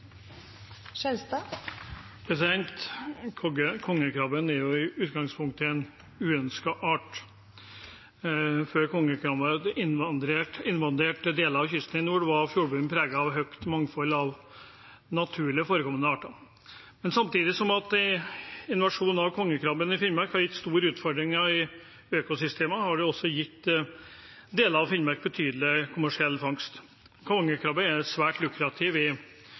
er jo i utgangspunktet en uønsket art. Før kongekrabben invaderte deler av kysten i nord, var fjordbunnen preget av et stort mangfold av naturlig forekommende arter. Men samtidig som invasjonen av kongekrabben har gitt store utfordringer i økosystemene, har den også gitt deler av Finnmark betydelig kommersiell fangst. Kongekrabben er svært lukrativ i